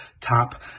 tap